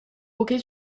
hockey